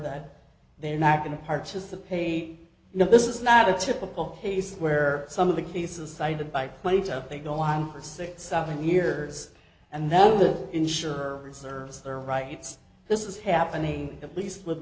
that they're not going to participate you know this is not a typical case where some of the cases cited by plato they go on for six seven years and then the insurer reserves their rights this is happening at least with